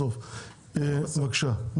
חבר הכנסת כסיף בבקשה.